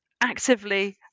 actively